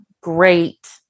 great